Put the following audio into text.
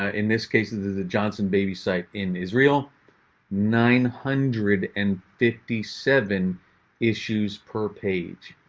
ah in this case is is the johnson baby site in israel nine hundred and fifty seven issues per page.